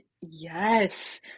yes